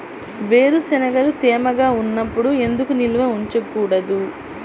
వేరుశనగలు తేమగా ఉన్నప్పుడు ఎందుకు నిల్వ ఉంచకూడదు?